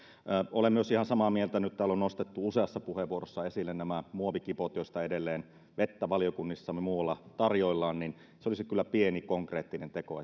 olen ihan samaa mieltä kun nyt täällä on useassa puheenvuorossa nostettu esille nämä muovikipot joista edelleen vettä valiokunnissa ja muualla tarjoillaan että se olisi kyllä pieni konkreettinen teko